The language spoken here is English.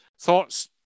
thoughts